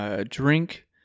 drink